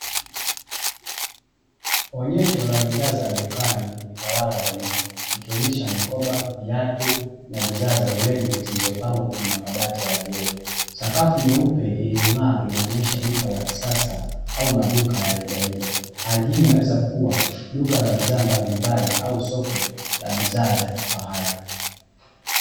Onyesho la bidhaa za dukani limetawala eneo, likionyesha mikoba, viatu na bidhaa za urembo zilizopangwa kwenye makabati ya vioo. Sakafu nyeupe iliyong'aa inaonyesha duka la kisasa au maduka ya rejareja. Hali hii inaweza kuwa duka la bidhaa mbalimbali au soko la bidhaa za kifahari.